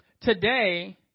Today